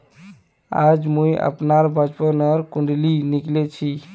आज मुई अपनार बचपनोर कुण्डली निकली छी